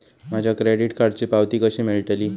माझ्या क्रेडीट कार्डची पावती कशी मिळतली?